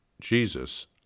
Jesus